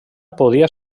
podia